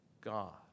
God